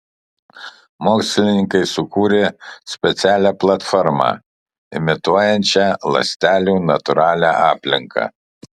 mokslininkai sukūrė specialią platformą imituojančią ląstelių natūralią aplinką